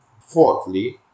Fourthly